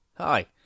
Hi